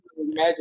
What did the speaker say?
Imagine